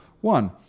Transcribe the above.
One